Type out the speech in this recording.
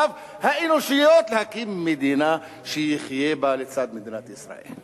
האנושיות להקים מדינה שהוא יחיה בה לצד מדינת ישראל.